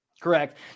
correct